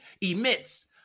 emits